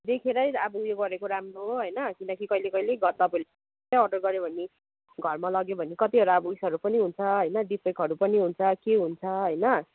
देखेरै अब उयो गरेको राम्रो हो होइन किनकि कहिले कहिले तपाईँहरूले नै अब अर्डर गर्यो भने अब घरमा लग्यो भने कतिवटा अब उयसहरू पनि हुन्छ होइन डिफेक्टहरू पनि हुन्छ के हुन्छ होइन